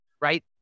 right